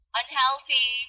unhealthy